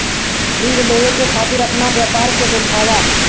ऋण लेवे के खातिर अपना व्यापार के दिखावा?